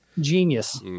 genius